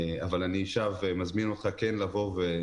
אבל אני שב ומזמין אותך לבוא ולהתרשם.